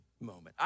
moment